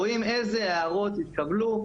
רואים אילו הערות התקבלו,